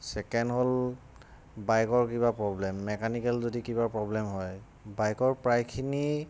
second হ'ল বাইকৰ কিবা প্ৰব্লেম মেকানিকেল যদি কিবা প্ৰব্লেম হয় বাইকৰ প্ৰায়খিনি